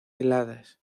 heladas